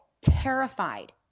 terrified